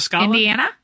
Indiana